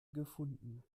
gefunden